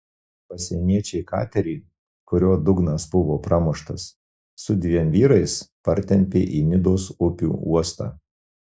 pasieniečiai katerį kurio dugnas buvo pramuštas su dviem vyrais partempė į nidos upių uostą